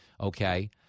okay